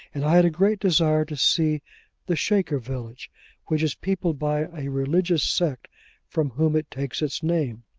and i had a great desire to see the shaker village which is peopled by a religious sect from whom it takes its name.